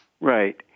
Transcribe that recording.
Right